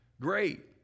Great